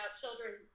children